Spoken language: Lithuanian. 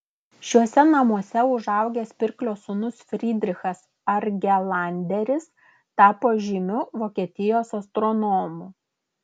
šiuose namuose užaugęs pirklio sūnus frydrichas argelanderis tapo žymiu vokietijos astronomu